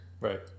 Right